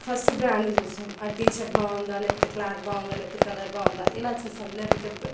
first brand చూస్తాం ఆ T shirt బాగుందా లేకపోతే క్లాత్ బాగుందా లేకపోతే కలర్ బాగుందా ఇలా చూస్తాం లేకపోతే